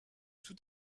tout